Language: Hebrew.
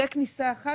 זו כניסה אחת,